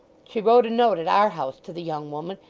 she wrote a note at our house to the young woman,